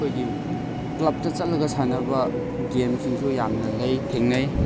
ꯑꯩꯈꯣꯏꯒꯤ ꯀ꯭ꯂꯕꯇ ꯆꯠꯂꯒ ꯁꯥꯟꯅꯕ ꯒꯦꯝꯁꯤꯡꯁꯨ ꯌꯥꯝꯅ ꯂꯩ ꯊꯦꯡꯅꯩ